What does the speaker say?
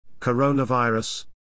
coronavirus